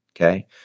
okay